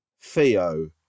Theo